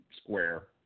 square